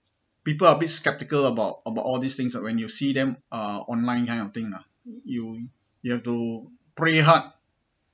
people a bit sceptical about about all these things ah when you see them uh online kind of thing ah you you have to pray hard